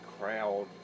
crowd